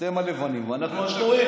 אתם הלבנים ואנחנו השחורים.